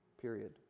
period